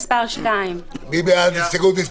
הסתייגות מס' 2. מי בעד ההסתייגות?